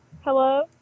Hello